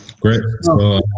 great